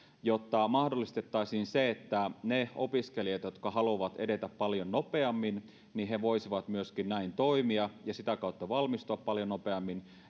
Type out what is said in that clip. jotta mahdollistettaisiin se että ne opiskelijat jotka haluavat edetä paljon nopeammin voisivat myöskin näin toimia ja sitä kautta valmistua paljon nopeammin